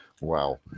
Wow